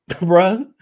bro